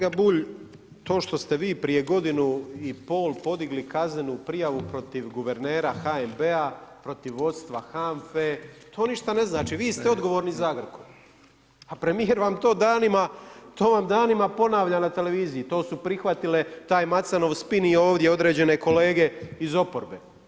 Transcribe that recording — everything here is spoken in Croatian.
Kolega Bulj, to što ste vi prije godinu i pol podigli kaznenu prijavu protiv guvernera HNB-a protiv vodstva HANFA-e, to ništa ne znači, vi ste odgovorni za Agrokor, a premijer vam to danima ponavlja na televiziji, to su prihvatile taj Macanov spin i ovdje određene kolege iz oporbe.